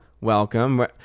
welcome